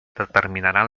determinaran